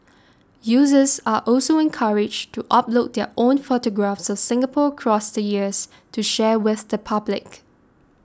users are also encouraged to upload their own photographs of Singapore across the years to share with the public